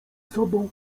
sobą